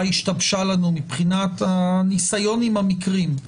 מבחינת הניסיון עם המקרים,